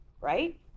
right